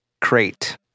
Crate